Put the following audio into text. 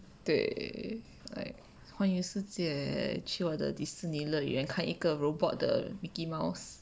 对 like 环游世界去我的迪士尼乐园看一个 robot 的 mickey mouse